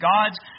God's